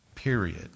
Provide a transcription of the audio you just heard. Period